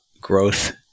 growth